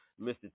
Mr